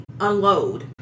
unload